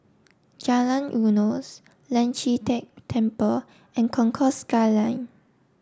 Jalan Eunos Lian Chee Kek Temple and Concourse Skyline